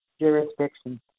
jurisdiction